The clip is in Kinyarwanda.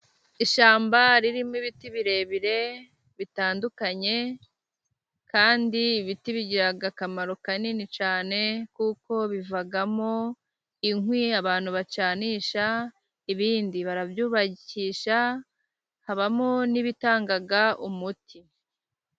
Ishyamba ririmo ibiti birebire bitandukanye, kandi ibiti bigira akamaro kanini cyane, kuko bivamo inkwi abantu bacanisha ibindi barabyubakisha habamo n'ibitanga umuti.